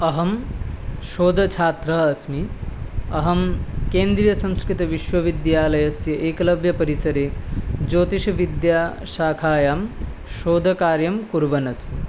अहं शोधच्छात्रः अस्मि अहं केन्द्रीयसंस्कृतविश्वविद्यालयस्य एकलव्यपरिसरे ज्योतिषविद्याशाखायां शोधकार्यं कुर्वन् अस्मि